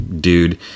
dude